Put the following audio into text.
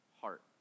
heart